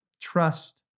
Trust